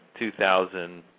2000